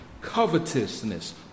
covetousness